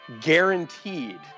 guaranteed